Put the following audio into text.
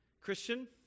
Christian